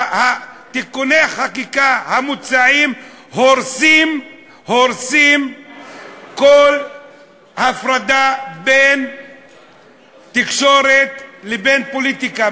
תיקוני החקיקה המוצעים הורסים כל הפרדה בין תקשורת לבין פוליטיקה,